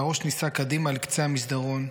/ והראש נישא קדימה לקצה המסדרון,